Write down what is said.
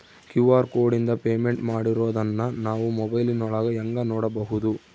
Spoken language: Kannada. ಕ್ಯೂ.ಆರ್ ಕೋಡಿಂದ ಪೇಮೆಂಟ್ ಮಾಡಿರೋದನ್ನ ನಾವು ಮೊಬೈಲಿನೊಳಗ ಹೆಂಗ ನೋಡಬಹುದು?